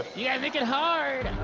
yeah make it hard!